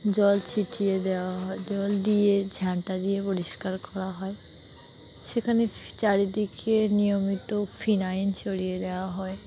জল ছিটিয়ে দেওয়া হয় জল দিয়ে ঝ্যাঁটা দিয়ে পরিষ্কার করা হয় সেখানে চারিদিকে নিয়মিত ফিনাইল ছড়িয়ে দেওয়া হয়